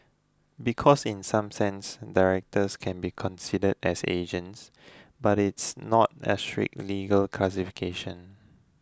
because in some sense directors can be considered as agents but it's not a strict legal classification